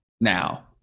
now